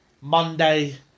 Monday